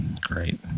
Great